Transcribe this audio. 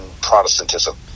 Protestantism